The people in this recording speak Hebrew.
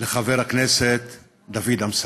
לחבר הכנסת דוד אמסלם.